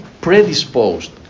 predisposed